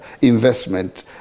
investment